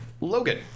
Logan